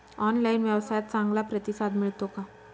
Online व्यवसायात चांगला प्रतिसाद मिळतो का?